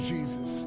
Jesus